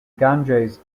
ganges